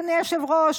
אדוני היושב-ראש,